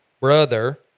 brother